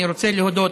אני רוצה להודות